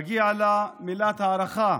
מגיעה לה מילת הערכה.